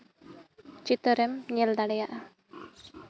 ᱪᱤᱛᱟᱹᱨᱮᱢ ᱧᱮᱞ ᱫᱟᱲᱮᱭᱟᱜᱼᱟ